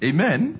Amen